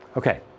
Okay